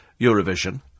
Eurovision